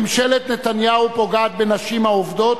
ממשלת נתניהו פוגעת בנשים העובדות